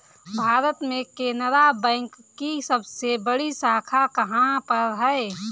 भारत में केनरा बैंक की सबसे बड़ी शाखा कहाँ पर है?